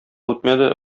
үтмәде